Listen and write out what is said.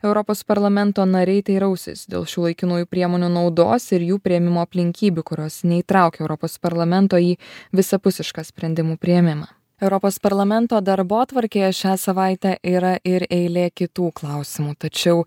europos parlamento nariai teirausis dėl šių laikinųjų priemonių naudos ir jų priėmimo aplinkybių kurios neįtraukė europos parlamento į visapusišką sprendimų priėmimą europos parlamento darbotvarkėje šią savaitę yra ir eilė kitų klausimų tačiau